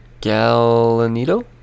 Galanito